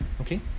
Okay